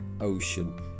Ocean